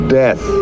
death